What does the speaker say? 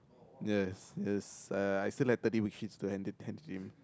yes yes uh I still had thrity worksheets to hand it hand it to him